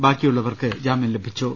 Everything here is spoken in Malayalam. ബാക്കിയുള്ളവർക്ക് ജാമ്യം ലഭിച്ചു